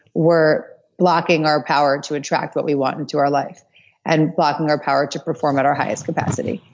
we're blocking our power to attract what we want into our life and blocking our power to perform at our highest capacity.